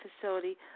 facility